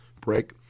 break